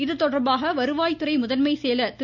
இதுதொடர்பாக வருவாய்துறை முதன்மை செயலர் திரு